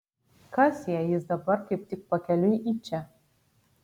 kas jei jis dabar kaip tik pakeliui į čia